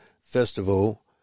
Festival